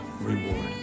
reward